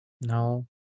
No